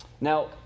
now